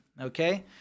okay